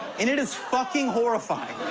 and it is fucking horrifying.